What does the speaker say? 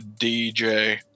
DJ